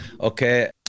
Okay